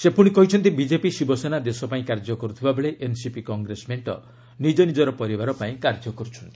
ସେ ପୁଣି କହିଛନ୍ତି ବିଜେପି ଶିବସେନା ଦେଶ ପାଇଁ କାର୍ଯ୍ୟ କରୁଥିବା ବେଳେ ଏନ୍ସିପି କଂଗ୍ରେସ ମେଣ୍ଟ ନିଜ ନିଜର ପରିବାର ପାଇଁ କାର୍ଯ୍ୟ କରୁଛନ୍ତି